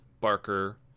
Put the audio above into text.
Barker